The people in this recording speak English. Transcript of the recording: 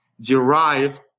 derived